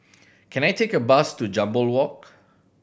can I take a bus to Jambol Walk